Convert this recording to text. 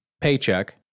paycheck